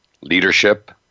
leadership